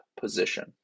position